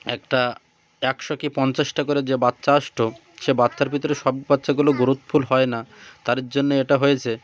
একটা একশো কি পঞ্চাশটা করে যে বাচ্চা আসতো সে বাচ্চার ভিতরে সব বাচ্চাগুলো গ্রোথফুল হয় না তার জন্যে এটা হয়েছে